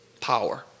power